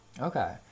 Okay